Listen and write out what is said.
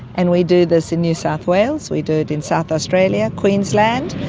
and we do this in new south wales, we do it in south australia, queensland,